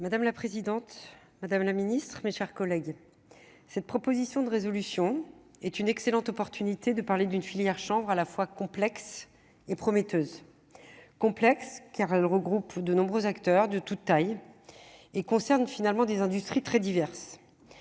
Madame la présidente, Madame la Ministre, mes chers collègues, cette proposition de résolution est une excellente opportunité de parler d'une filière chambre à la fois complexe et prometteuse complexe car elle regroupe de nombreux acteurs de toute taille et concernent finalement des industries très diverses,